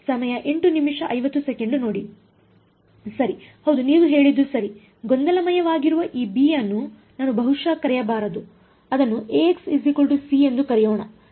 ಸರಿ ಹೌದು ನೀವು ಹೇಳಿದ್ದು ಸರಿಗೊಂದಲಮಯವಾಗಿರುವ ಈ ಬಿ ಅನ್ನು ನಾನು ಬಹುಶಃ ಕರೆಯಬಾರದು ಅದನ್ನು Axc ಎಂದು ಕರೆಯೋಣ ಸರಿ